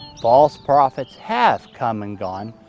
false prophets have come and gone,